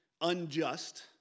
unjust